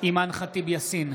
אימאן ח'טיב יאסין,